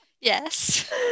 yes